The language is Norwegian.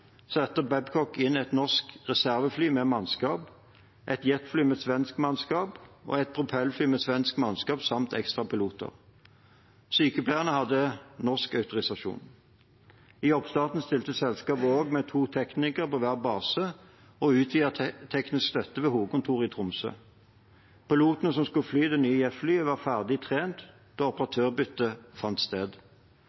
Babcock inn et norsk reservefly med mannskap, et jetfly med svensk mannskap og et propellfly med svensk mannskap samt ekstra piloter. Sykepleierne hadde norsk autorisasjon. I oppstarten stilte selskapet også med to teknikere på hver base og utvidet teknisk støtte ved hovedkontoret i Tromsø. Pilotene som skulle fly det nye jetflyet, var ferdig trent da